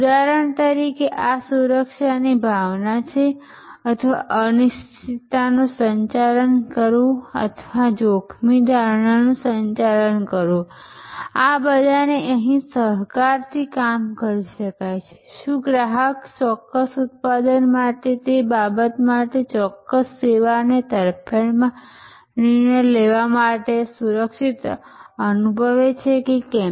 ઉદાહરણ તરીકે આ સુરક્ષાની ભાવના છે અથવા અનિશ્ચિતતાનું સંચાલન કરવું અથવા જોખમની ધારણાનું સંચાલન કરવું આ બધાને અહીં સહકારથી કામ કરી શકાય છે શું ગ્રાહક ચોક્કસ ઉત્પાદન માટે તે બાબત માટે ચોક્કસ સેવાની તરફેણમાં નિર્ણય લેવા માટે સુરક્ષિત અનુભવે છે કે કેમ